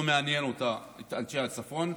לא מעניין אותה אנשי הצפון.